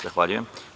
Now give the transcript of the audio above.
Zahvaljujem.